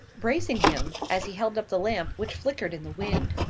bracing him, as he held up the lamp which flickered in the wind.